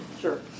Sure